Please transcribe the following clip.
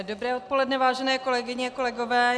Dobré odpoledne, vážené kolegyně, kolegové.